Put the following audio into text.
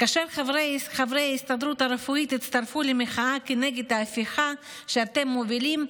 כאשר חברי ההסתדרות הרפואית הצטרפו למחאה כנגד ההפיכה שאתם מובילים,